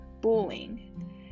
bullying